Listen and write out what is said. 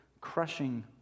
crushing